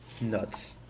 nuts